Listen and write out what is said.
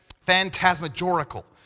phantasmagorical